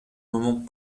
moment